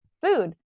food